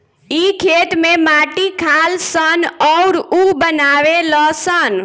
इ खेत में माटी खालऽ सन अउरऊ बनावे लऽ सन